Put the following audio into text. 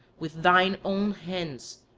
with thine own hands,